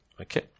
okay